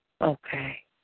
Okay